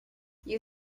you